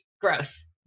gross